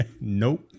Nope